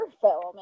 film